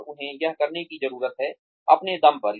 और उन्हें यह करने की जरूरत है अपने दम पर